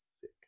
sick